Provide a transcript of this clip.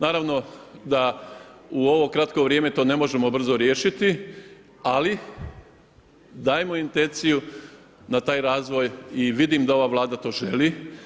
Naravno da u ovo kratko vrijeme to ne možemo brzo riješiti, ali dajemo intenciju da taj razvoj i vidim da ova vlada to želi.